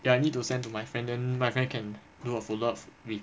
ya I need to send to my friend then my friend can do a follow up with